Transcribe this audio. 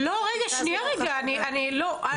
לא רגע, שנייה רגע, לא.